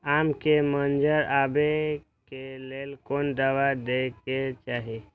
आम के मंजर आबे के लेल कोन दवा दे के चाही?